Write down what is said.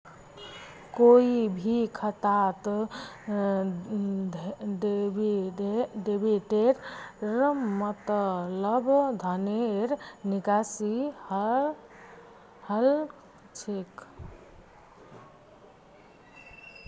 कोई भी खातात डेबिटेर मतलब धनेर निकासी हल छेक